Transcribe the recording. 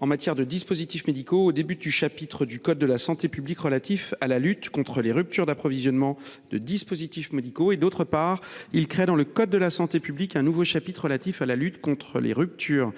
en matière de dispositifs médicaux (ANSM) au début du chapitre du code de la santé publique relatif à la lutte contre les ruptures d’approvisionnement de dispositifs médicaux. D’autre part, il vise à créer dans le code de la santé publique un nouveau chapitre relatif à la lutte contre les ruptures